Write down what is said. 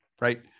right